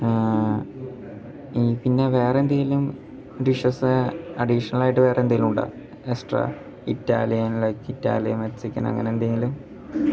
പിന്നെ വേറെന്തെങ്കിലും ഡിഷസ് അഡീഷണലായിട്ട് വേറെന്തെങ്കിലുമുണ്ടോ extra Italian like Italian Mexican അങ്ങനെ എന്തെങ്കിലും